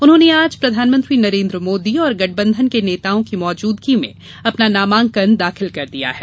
उन्होंने आज प्रधानमंत्री नरेन्द्र मोदी और गठबंधन के नेताओं की मौजूदगी में अपना नामांकन दाखिल कर दिया है